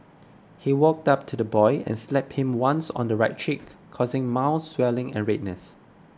he walked up to the boy and slapped him once on the right cheek causing mouth swelling and redness